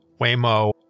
Waymo